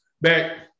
back